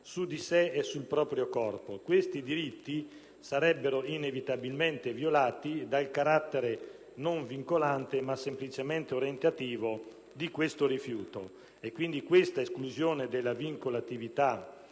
su di sé e sul proprio corpo. Tali diritti sarebbero inevitabilmente violati dal carattere non vincolante, ma semplicemente orientativo di questo rifiuto. Pertanto, l'esclusione della vincolatività